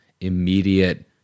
immediate